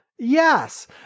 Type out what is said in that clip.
Yes